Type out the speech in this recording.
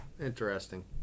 Interesting